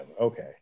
Okay